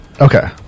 Okay